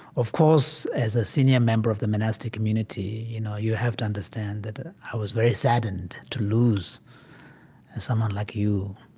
of course, as a senior member of the monastic community, you know, you have to understand that i was very saddened to lose someone like you.